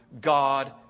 God